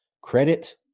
Credit